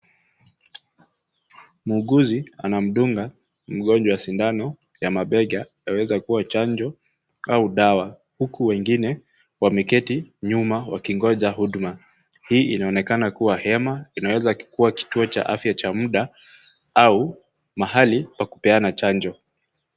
Muuguzi anamdunga mgonjwa sindano ya mabega yaweza kuwa chanjo au dawa hukku wengine wameketi nyuma wakingonja huduma. Hii inaonekana kuwa hema inaweza kuwa kituo cha afya cha muda au mahali pa kupeana chanjo.